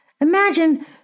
imagine